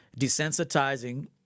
desensitizing